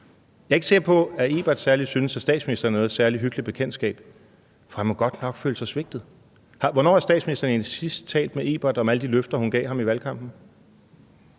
Jeg er ikke sikker på, at Ebert synes, at statsministeren er noget særlig hyggeligt bekendtskab, for han må godt nok føle sig svigtet. Hvornår har statsministeren egentlig sidst talt med Ebert om alle de løfter, hun gav ham i valgkampen?